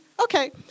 Okay